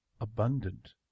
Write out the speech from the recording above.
abundant